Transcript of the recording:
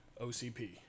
OCP